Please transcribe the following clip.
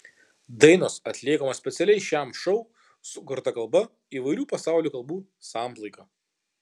dainos atliekamos specialiai šiam šou sukurta kalba įvairių pasaulio kalbų samplaika